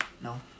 no